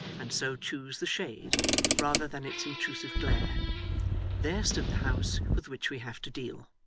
and so choose the shade rather than its intrusive glare there stood the house with which we have to deal.